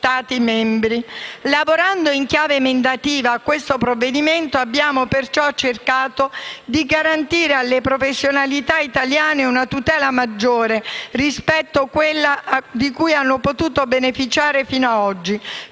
Stati membri. Lavorando in chiave emendativa a questo provvedimento, abbiamo perciò cercato di garantire alle professionalità italiane una tutela maggiore rispetto a quella di cui hanno potuto beneficiare fino a oggi,